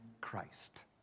Christ